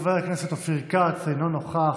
חבר הכנסת אופיר כץ, אינו נוכח,